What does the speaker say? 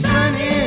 Sunny